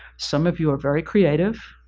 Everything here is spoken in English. some of you are very creative,